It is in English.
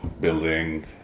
building